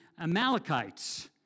Amalekites